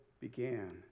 began